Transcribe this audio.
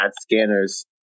scanners